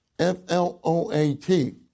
F-L-O-A-T